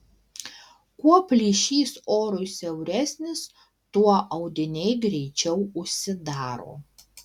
kuo plyšys orui siauresnis tuo audiniai greičiau užsidaro